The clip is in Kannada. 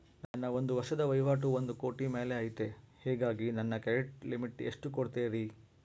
ನನ್ನ ಒಂದು ವರ್ಷದ ವಹಿವಾಟು ಒಂದು ಕೋಟಿ ಮೇಲೆ ಐತೆ ಹೇಗಾಗಿ ನನಗೆ ಕ್ರೆಡಿಟ್ ಲಿಮಿಟ್ ಎಷ್ಟು ಕೊಡ್ತೇರಿ?